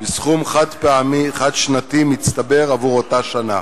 בסכום חד-פעמי חד-שנתי מצטבר בעבור אותה שנה.